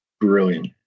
brilliant